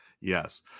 Yes